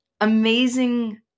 amazing